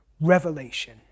revelation